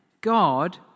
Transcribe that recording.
God